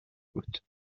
بود